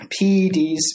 PEDs